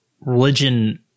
religion